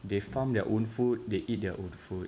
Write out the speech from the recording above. they found their own food they eat their own food